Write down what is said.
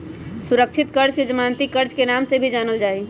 सुरक्षित कर्ज के जमानती कर्ज के नाम से भी जानल जाहई